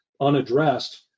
unaddressed